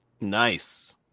nice